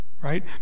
right